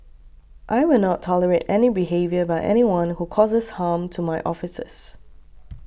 I will not tolerate any behaviour by anyone who causes harm to my officers